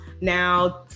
now